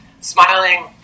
smiling –